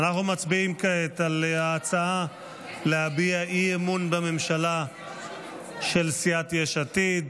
אנחנו מצביעים כעת על ההצעה להביע אי-אמון בממשלה של סיעת יש עתיד.